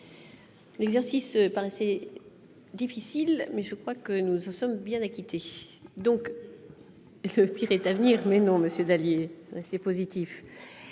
l'exercice assez difficile, mais je crois que nous en sommes bien donc, le pire est à venir : mais non monsieur Dallier c'est positif.